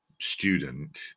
student